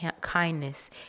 kindness